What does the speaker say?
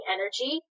energy